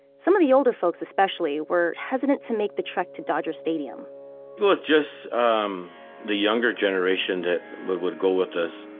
some of the older folks especially were hesitant to make the trek to dodger stadium it's just um the younger generation that would would go with us.